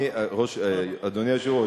אדוני היושב-ראש,